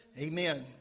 Amen